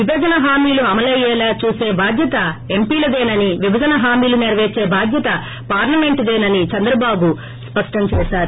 విభజన హామీలు అమలయ్యేలా చూసే బాధ్యత ఎంపీలదేనని విభజన హామీలు నెరపేర్సే బాధ్యత పార్లమెంటుదేనని చంద్రబాబు స్పష్టంచేశారు